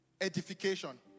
edification